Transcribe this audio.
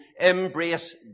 embrace